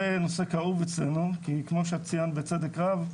זה נושא כאוב אצלנו, כי כמו שאת ציינת בצדק רב,